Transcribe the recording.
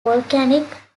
volcanic